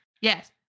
Yes